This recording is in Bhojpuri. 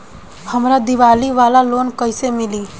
हमरा दीवाली वाला लोन कईसे मिली?